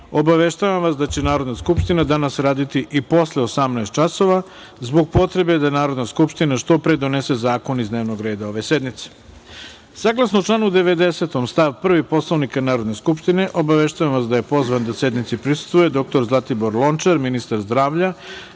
obaveštavam vas da će Narodna skupština danas raditi i posle 18.00 časova, zbog potrebe da Narodna skupština što pre donese zakon iz dnevnog reda ove sednice. Saglasno članu 90. stav 1. Poslovnika Narodne skupštine, obaveštavam vas da je pozvan da sednici prisustvuje dr Zlatibor Lončar, ministar zdravlja,